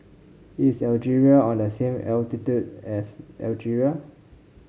is Algeria on the same latitude as Algeria